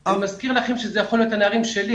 אני מזכיר לכם שאלה יכולים להיות הנערים שלי,